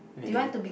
really